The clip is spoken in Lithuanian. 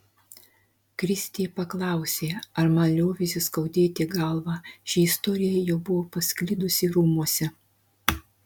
kristė paklausė ar man liovėsi skaudėti galvą ši istorija jau buvo pasklidusi rūmuose